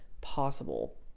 possible